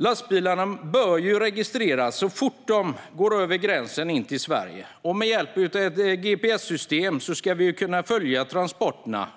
Lastbilarna bör registreras så fort de kör över gränsen till Sverige, och med hjälp av gps-system ska vi kunna följa transporterna